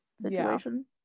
situation